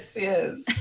yes